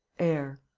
air,